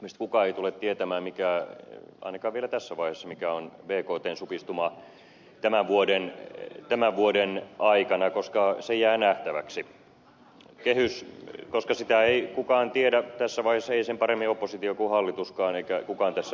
meistä kukaan ei tule tietämään ainakaan vielä tässä vaiheessa mikä on bktn supistuma tämän vuoden aikana koska se jää nähtäväksi koska sitä ei kukaan tiedä tässä vaiheessa ei sen paremmin oppositio kuin hallituskaan eikä kukaan tässä maailmassa